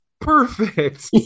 perfect